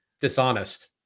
dishonest